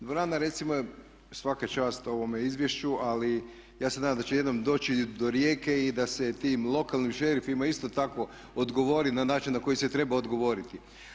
Dvorana recimo, svaka čast ovome izvješću, ali ja se nadam da će jednom doći i do Rijeke i da se tim lokalnim šerifima isto tako odgovori na način na koji se treba odgovoriti.